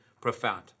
profound